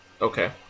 Okay